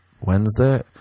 Wednesday